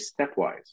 stepwise